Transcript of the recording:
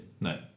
no